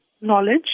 knowledge